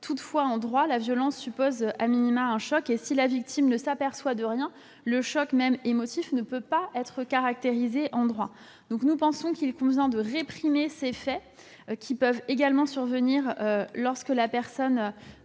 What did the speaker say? Toutefois, en droit, la violence suppose,, un choc, et si la victime ne s'aperçoit de rien, le choc, même émotif, ne peut être caractérisé en droit. Nous pensons qu'il convient de réprimer ces faits, qui peuvent également survenir lors d'essais